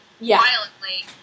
violently